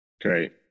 Great